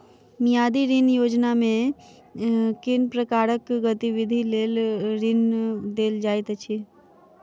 मियादी ऋण योजनामे केँ प्रकारक गतिविधि लेल ऋण देल जाइत अछि